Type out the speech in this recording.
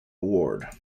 award